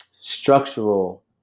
structural